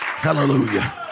Hallelujah